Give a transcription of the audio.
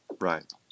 Right